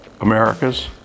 Americas